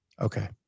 Okay